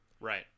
Right